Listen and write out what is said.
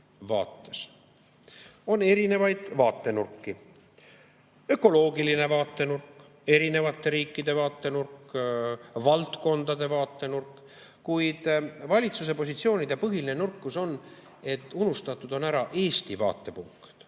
vaates. On erinevaid vaatenurki: ökoloogiline vaatenurk, erinevate riikide vaatenurk, valdkondade vaatenurk. Kuid valitsuse positsioonide põhiline nõrkus on, et ära on unustatud Eesti vaatepunkt